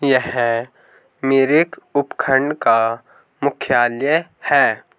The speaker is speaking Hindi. यह मिरिक उपखंड का मुख्यालय है